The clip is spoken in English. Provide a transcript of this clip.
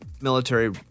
military